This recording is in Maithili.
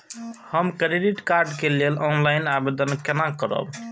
हम क्रेडिट कार्ड के लेल ऑनलाइन आवेदन केना करब?